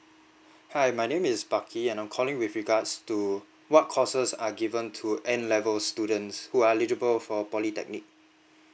hi my name is sparky and I'm calling with regards to what courses are given to N level students who are eligible for polytechnic